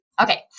Okay